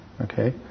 Okay